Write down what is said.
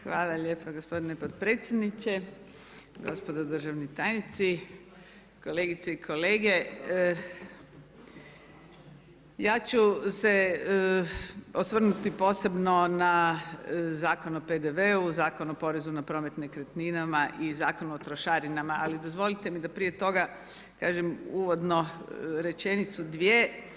Hvala lijepa gospodine podpredsjedniče, gospodo državni tajnici, kolegice i kolege, ja ću se osvrnuti posebno na Zakon o PDV-u, Zakonu o porezu na promet nekretninama i Zakon o trošarinama, ali dozvolite mi da prije toga kažem uvodno rečenicu, dvije.